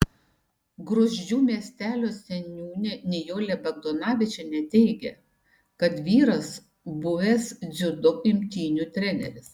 gruzdžių miestelio seniūnė nijolė bagdonavičienė teigė kad vyras buvęs dziudo imtynių treneris